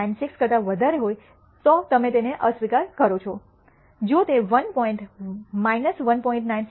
96 કરતા વધારે હોય તો તમે તેને અસ્વીકાર કરો જો જો તે વન પોઇન્ટ 1